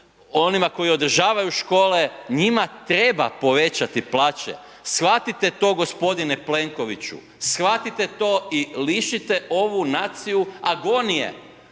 onima koji održavaju škole, njima treba povećati plaće, shvatite to g. Plenkoviću i lišite ovu naciju agonije.